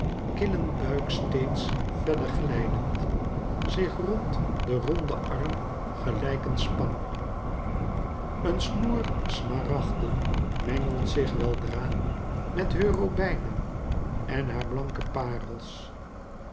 killen buik steeds verder glijdend zich rond den ronden arm gelijk een spang een snoer smaragden mengelt zich weldra met heur robijnen en haar blanke paerels